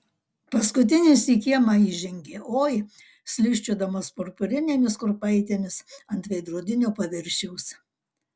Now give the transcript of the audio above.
paskutinis į kiemą įžengė oi slysčiodamas purpurinėmis kurpaitėmis ant veidrodinio paviršiaus